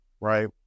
Right